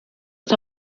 ist